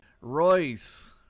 Royce